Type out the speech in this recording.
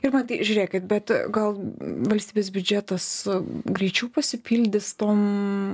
irmantai žiūrėkit bet gal valstybės biudžetas greičiau pasipildys tom